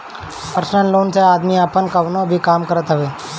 personal loan से आदमी आपन कवनो भी काम करत हवे